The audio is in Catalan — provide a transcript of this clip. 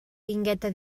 guingueta